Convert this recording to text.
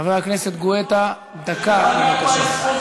חבר הכנסת גואטה, דקה, בבקשה.